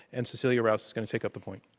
and cecilia rouse is going to take up the point.